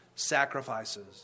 Sacrifices